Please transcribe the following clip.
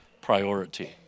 priority